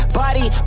body